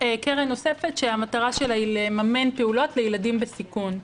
קרן נוספת שהמטרה שלה היא לממן פעולות לילדים בסיכון.